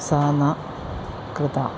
सा न कृता